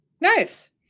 Nice